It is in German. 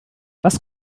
was